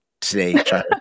today